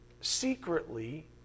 secretly